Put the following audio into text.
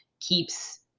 keeps